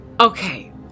okay